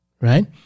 right